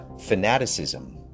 fanaticism